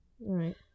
right